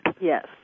Yes